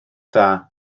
dda